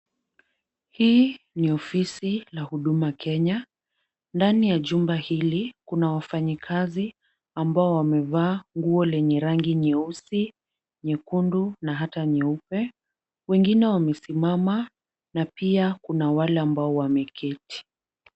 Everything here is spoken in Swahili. Hii ni ofisi la Huduma Kenya, ndani ya jumba hili kuna wafanyikazi ambao wamevaa nguo lenye rangi nyeusi, nyekundu na hata nyeupe, wengine wamesimama na pia kuna wale ambao wameketi.